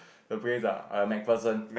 the place ah MacPherson